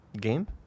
Game